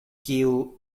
kiu